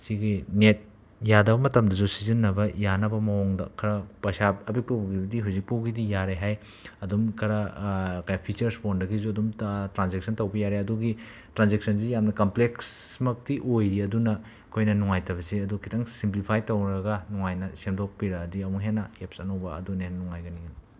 ꯁꯤꯒꯤ ꯅꯦꯠ ꯌꯥꯗꯕ ꯃꯇꯝꯗꯁꯨ ꯁꯤꯖꯤꯟꯅꯕ ꯌꯥꯅꯕ ꯃꯑꯣꯡꯗ ꯈꯔ ꯄꯦꯁꯥꯞ ꯍꯧꯖꯤꯛꯐꯥꯎꯒꯤꯗꯤ ꯌꯥꯔꯦ ꯍꯥꯏ ꯑꯗꯨꯝ ꯈꯔ ꯀ ꯐꯤꯆꯔꯁ ꯐꯣꯟꯗꯒꯤꯁꯨ ꯑꯗꯨꯝ ꯇ꯭ꯔꯥꯟꯖꯦꯛꯁꯟ ꯇꯧꯕ ꯌꯥꯔꯦ ꯑꯗꯨꯒꯤ ꯇ꯭ꯔꯥꯟꯖꯦꯛꯁꯟꯁꯤ ꯌꯥꯝꯅ ꯀꯝꯄ꯭ꯂꯦꯛꯁꯃꯛꯇꯤ ꯑꯣꯏꯔꯤ ꯑꯗꯨꯅ ꯑꯩꯈꯣꯏꯅ ꯅꯨꯡꯉꯥꯏꯇꯕꯁꯤ ꯑꯗꯨ ꯈꯤꯇꯪ ꯁꯤꯝꯄ꯭ꯂꯤꯐꯥꯏ ꯇꯧꯔꯒ ꯅꯨꯡꯉꯥꯏꯅ ꯁꯦꯝꯗꯣꯛꯄꯤꯔꯛꯑꯗꯤ ꯑꯃꯨꯛꯀ ꯍꯦꯟꯅ ꯑꯦꯞꯁ ꯑꯅꯧꯕ ꯑꯗꯨꯅ ꯍꯦꯟꯅ ꯅꯨꯡꯉꯥꯏꯒꯅꯤ